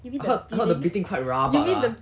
I heard I heard the beating quite rabak ah